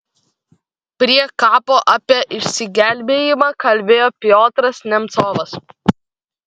prie kapo apie išsigelbėjimą kalbėjo piotras nemcovas